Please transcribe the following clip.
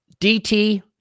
DT